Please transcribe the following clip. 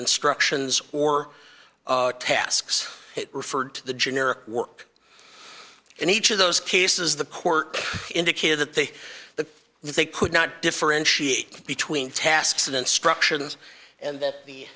instructions or tasks referred to the generic work in each of those cases the court indicated that they that they could not differentiate between tasks and instructions and that the